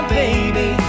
baby